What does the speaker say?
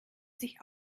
sich